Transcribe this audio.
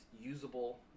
usable